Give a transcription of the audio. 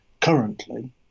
currently